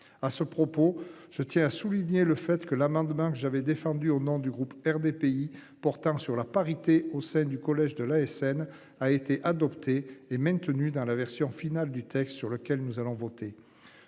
À ce propos, je tiens à souligner le fait que l'amendement que j'avais défendue au nom du groupe RDPI portant sur la parité au sein du collège de l'ASN a été adopté est maintenu dans la version finale du texte sur lequel nous allons voter.